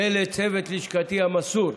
ולצוות לשכתי המסור.